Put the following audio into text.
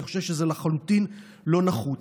אני חושב שזה לחלוטין לא נחוץ.